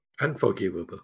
Unforgivable